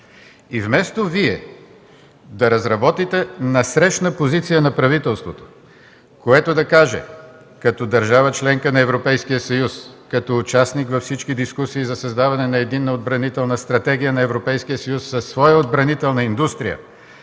И вместо Вие да разработите насрещна позиция на правителството, което да каже като държава – членка на Европейския съюз, като участник във всички дискусии за създаване на единна отбранителна стратегия на Европейския съюз със своя отбранителна индустрия,